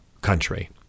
country